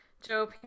Joe